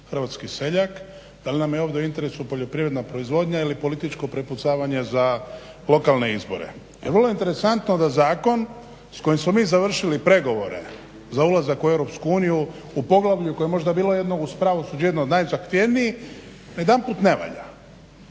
hrvatski seljak, da li je nam je ovdje u interesu poljoprivredna proizvodnja ili političko prepucavanje za lokalne izbore. Jer vrlo je interesantno da zakon s kojim smo mi završili pregovore za ulazak u Europsku uniju u poglavlje koje je možda uz pravosuđe bilo jedno od najzahtjevnijih, najedanput ne valja